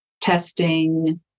testing